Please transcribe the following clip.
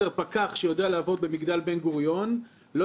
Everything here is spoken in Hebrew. פקח שיודע לעבוד במגדל בן-גוריון לא